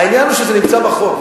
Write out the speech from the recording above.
העניין הוא שזה נמצא בחוק,